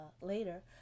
Later